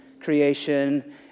creation